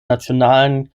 nationalen